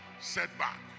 setback